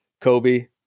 Kobe